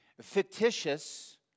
fictitious